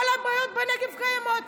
כל הבעיות בנגב קיימות.